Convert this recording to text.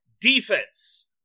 Defense